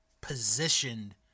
positioned